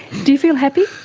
do you feel happy?